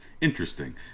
interesting